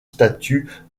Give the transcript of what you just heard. statues